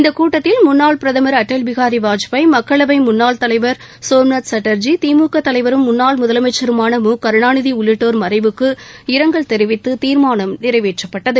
இந்த கூட்டத்தில் முன்னாள் பிரதம் அடல் பிகாரி வாஜ்பாய் மக்களவை முன்னாள் தலைவர் சோம்நாத் சட்டர்ஜி திமுக தலைவரும் முன்னாள் முதலமைச்சருமான மு கருணாநிதி உள்ளிட்டோர் மறைவுக்கு இரங்கல் தெரிவித்து தீர்மானம் நிறைவேற்றப்பட்டது